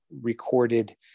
recorded